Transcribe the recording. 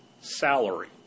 salary